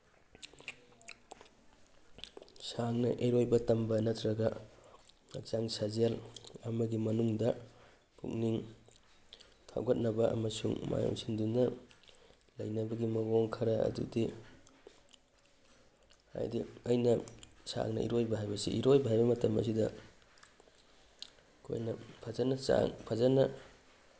ꯁꯥꯡꯅ ꯏꯔꯣꯏꯕ ꯇꯝꯕ ꯅꯠꯇ꯭ꯔꯒ ꯍꯛꯆꯥꯡ ꯁꯥꯖꯦꯟ ꯑꯃꯒꯤ ꯃꯅꯨꯡꯗ ꯄꯨꯛꯅꯤꯡ ꯊꯧꯒꯠꯅꯕ ꯑꯃꯁꯨꯡ ꯃꯥꯏ ꯑꯣꯟꯁꯤꯟꯗꯨꯅ ꯂꯩꯅꯕꯒꯤ ꯃꯑꯣꯡ ꯈꯔ ꯑꯗꯨꯗꯤ ꯍꯥꯏꯗꯤ ꯑꯩꯅ ꯁꯥꯡꯅ ꯏꯔꯣꯏꯕ ꯍꯥꯏꯕꯁꯤ ꯏꯔꯣꯏꯕ ꯍꯥꯏꯕ ꯃꯇꯝ ꯑꯁꯤꯗ ꯑꯩꯈꯣꯏꯅ ꯐꯖꯅ ꯐꯖꯅ